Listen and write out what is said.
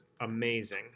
amazing